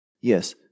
Yes